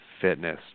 fitness